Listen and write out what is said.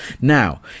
Now